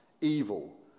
evil